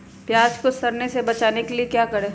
प्याज को सड़ने से बचाने के लिए क्या करें?